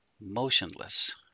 motionless